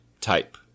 type